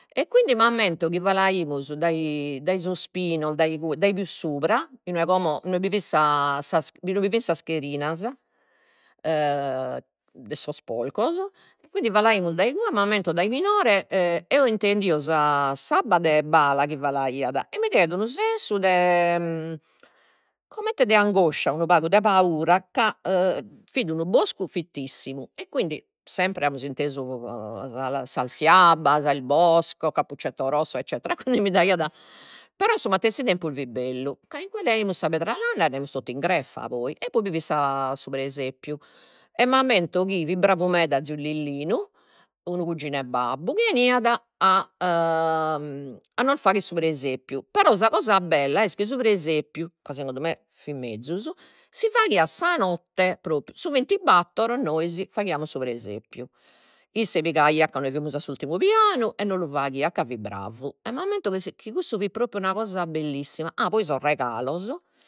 E quindi m'ammento chi falaimus dai dai sos pinos dai igue dai pius supra inue como, inue bi fit sa sas, inue bi fin sas cherinas, de sos porcos, quindi falaimus dai igue m'ammento dai minore, eo intendio sa s'abba de Bala chi falaiat e mi daiat unu sensu de comente de angoscia unu pagu de paura ca fit unu buscu fittissimu e quindi, sempre amus intesu sas fiabas il bosco cappucceto rosso eccettera, e quindi mi daiat, però in su matessi tempus fit bellu, ca incue leaimus sa pedralana totu in greffa poi, e poi bi fin sa, su presepiu e m'ammento chi fit bravu meda ziu Lillinu, unu cuginu 'e babbu, chi 'eniat a a nos fagher su presepiu, però sa cosa bella est chi su presepiu, ca segundu me fit mezus, si faghiat sa notte propriu su vintibattor, nois faghiamus su presepiu, isse pigaiat ca nois fimus a s'urtimu pianu, e no lu faghiat ca fit bravu, e m'ammento chi cussu fit propriu una cosa bellissima, ah poi sos regalos